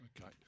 Okay